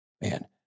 Man